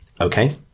Okay